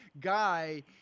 guy